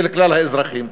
של כלל האזרחים.